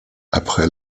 après